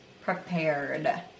prepared